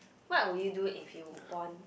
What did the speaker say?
what will you do if you won